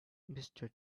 mister